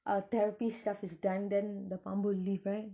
uh therapist stuff is done then the பாம்பு:paambu will leave right